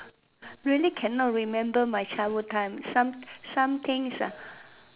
really cannot remember my childhood times some some things ah